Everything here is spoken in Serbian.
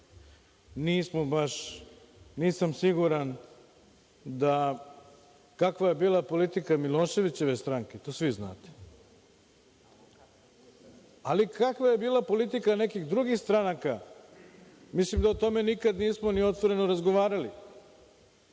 svake stranke. Kakva je bila politika Miloševićeve stranke, to svi znate. Ali, kakva je bila politika nekih drugih stranaka, mislim da nikada o tome nismo otvoreno razgovarali.